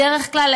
בדרך כלל,